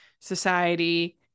society